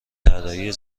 طرحهای